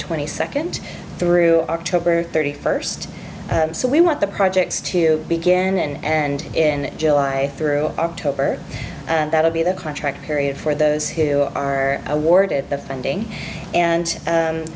twenty second through october thirty first so we want the projects to begin and in july through october and that will be the contract period for those who are awarded the funding and